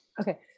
Okay